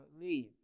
leave